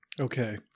Okay